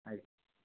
ଆଜ୍ଞା